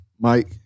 Mike